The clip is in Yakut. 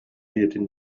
ийэтин